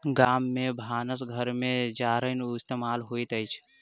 गाम में भानस घर में जारैन इस्तेमाल होइत अछि